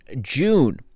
June